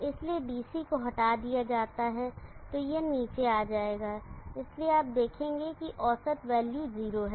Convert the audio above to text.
इसलिए DC को हटा दिया जाता है तो यह नीचे आ जाएगा इसलिए आप देखेंगे कि औसत वैल्यू 0 है